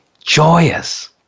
joyous